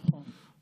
נכון.